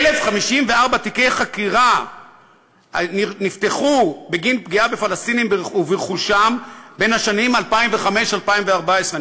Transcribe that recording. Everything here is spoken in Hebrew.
1,054 תיקי חקירה נפתחו בגין פגיעה בפלסטינים וברכושם בשנים 2005 2014,